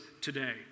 today